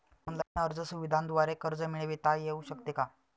Online अर्ज सुविधांद्वारे कर्ज मिळविता येऊ शकते का?